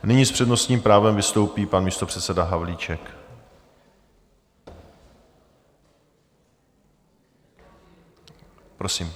Nyní s přednostním právem vystoupí pan místopředseda Havlíček, prosím.